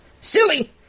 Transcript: Silly